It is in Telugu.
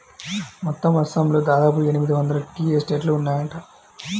మొత్తం అస్సాంలో దాదాపు ఎనిమిది వందల టీ ఎస్టేట్లు ఉన్నాయట